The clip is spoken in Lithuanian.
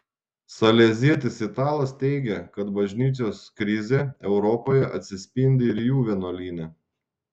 salezietis italas teigia kad bažnyčios krizė europoje atsispindi ir jų vienuolyne